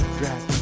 drag